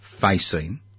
facing